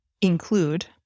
include